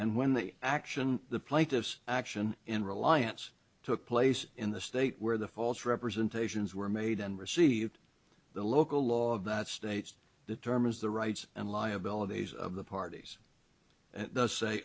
and when the action the plaintiffs action in reliance took place in the state where the false representations were made and received the local law that states determines the rights and liabilities of the parties those say